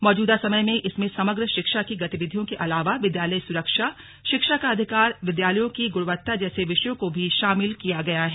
मौजूदा समय में इसमें समग्र शिक्षा की गतिविधियों के अलावा विद्यालयी सुरक्षा शिक्षा का अधिकार विद्यालयों की गुणवत्ता जैसे विषयों को भी शामिल किया गया है